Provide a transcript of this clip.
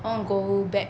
I wanna go back